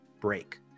break